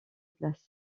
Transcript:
place